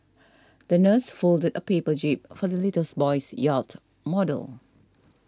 the nurse folded a paper jib for the boy's yacht model